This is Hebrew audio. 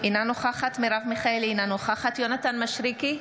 אינה נוכחת מרב מיכאלי, אינה נוכחת יונתן מישרקי,